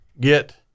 get